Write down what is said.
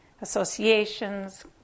associations